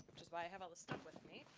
which is why i have all this stuff with me.